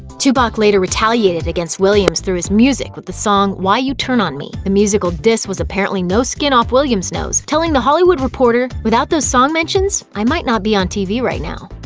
tupac later retaliated against williams through his music with the song why u turn on me. the musical diss was apparently no skin off williams' nose, telling the hollywood reporter without those song mentions, i might not be on tv right now.